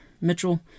Mitchell